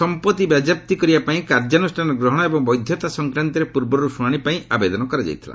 ସମ୍ପତ୍ତି ବାଜ୍ୟାପ୍ତି କରିବା ପାଇଁ କାର୍ଯ୍ୟାନୁଷ୍ଠାନ ଗ୍ରହଣ ଏବଂ ବୈଧତା ସଂକ୍ରାନ୍ତରେ ପୂର୍ବରୁ ଶୁଣାଣି ପାଇଁ ଆବେଦନ କରାଯାଇଥିଲା